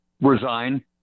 Resign